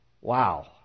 Wow